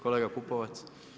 Kolega Pupovac.